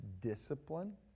discipline